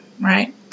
right